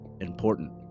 important